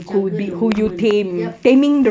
juggle a woman yup